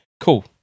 Cool